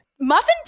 Muffin